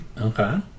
Okay